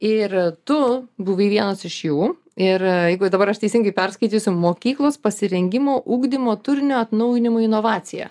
ir tu buvai vienas iš jų ir jeigu dabar aš teisingai perskaitysiu mokyklos pasirengimo ugdymo turinio atnaujinimų inovacija